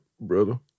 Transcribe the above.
brother